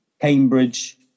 Cambridge